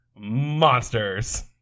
monsters